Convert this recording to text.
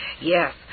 Yes